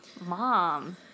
Mom